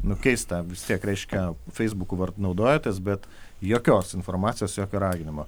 nu keista vis tiek reiškia feisbuku var naudojatės bet jokios informacijos jokio raginimo